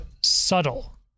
subtle